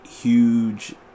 huge